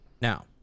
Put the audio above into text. Now